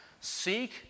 Seek